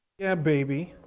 yeah baby,